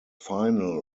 final